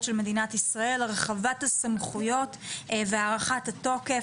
של מדינת ישראל הרחבת הסמכויות והארכת התוקף.